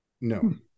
no